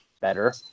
better